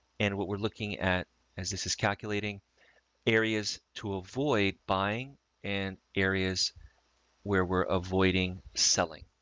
and what we're looking at as this is calculating areas to avoid buying and areas where we're avoiding selling.